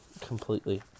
completely